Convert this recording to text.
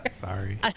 Sorry